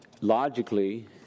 logically